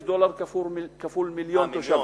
20,000 דולר כפול מיליון תושבים.